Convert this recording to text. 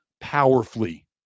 powerfully